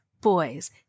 boys